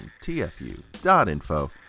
TFU.info